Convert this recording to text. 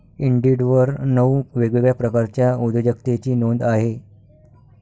इंडिडवर नऊ वेगवेगळ्या प्रकारच्या उद्योजकतेची नोंद आहे